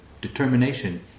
determination